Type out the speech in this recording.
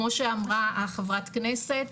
כמו שאמרה חברת הכנסת,